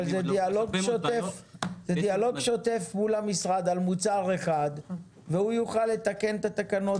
אבל זה דיאלוג שוטף מול המשרד על מוצר אחד והוא יוכל לתקן את התקנות